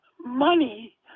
money